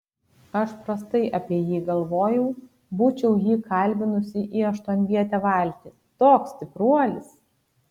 aš prastai apie jį galvojau būčiau jį kalbinusi į aštuonvietę valtį toks stipruolis